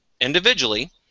individually